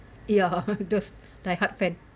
ya those like hard fan